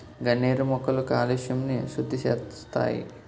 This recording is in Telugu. గన్నేరు మొక్కలు కాలుష్యంని సుద్దిసేస్తాయి